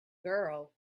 girl